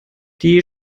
die